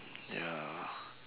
ya